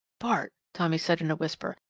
bart, tommy said in a whisper,